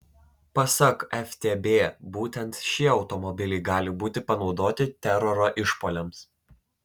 pasak ftb būtent šie automobiliai gali būti panaudoti teroro išpuoliams